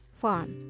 farm